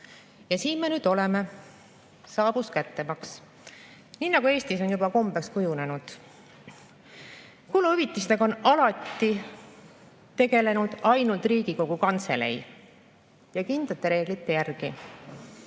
Ja siin me nüüd oleme, saabus kättemaks, nii nagu Eestis on juba kombeks kujunenud. Kuluhüvitistega on alati tegelenud ainult Riigikogu Kantselei ja kindlate reeglite järgi.